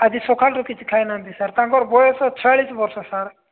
ଆଜି ସକାଳଠୁ କିଛି ଖାଇ ନାହାନ୍ତି ସାର୍ ତାଙ୍କର ବୟସ ଛୟାଳିଶି ବର୍ଷ ସାର୍